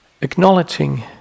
acknowledging